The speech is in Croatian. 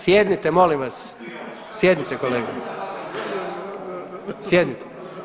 Sjednite molim vas, sjednite kolega, sjednite.